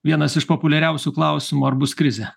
vienas iš populiariausių klausimų ar bus krizė